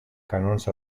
canons